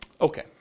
Okay